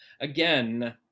Again